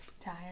Tired